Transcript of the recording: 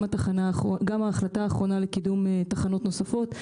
יש את ההחלטה האחרונה לקידום תחנות נוספות,